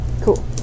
cool